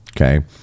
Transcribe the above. okay